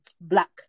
black